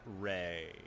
Ray